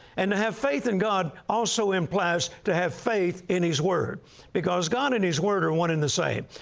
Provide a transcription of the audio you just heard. and have faith in god also implies to have faith in his word because god and his word are one and the same.